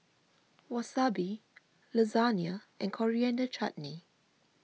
Wasabi Lasagne and Coriander Chutney